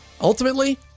ultimately